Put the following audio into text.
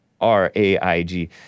R-A-I-G